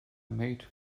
made